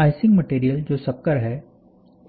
icing material जो शक्कर है